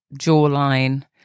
jawline